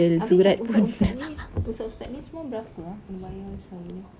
abeh ustaz ustaz ni ustaz ustaz ni semua berapa ah kena bayar islam punya